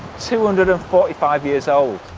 two hundred and forty five years old.